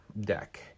deck